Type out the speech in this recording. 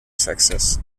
sexes